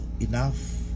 enough